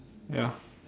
ya